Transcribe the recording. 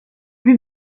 lui